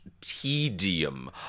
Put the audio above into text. tedium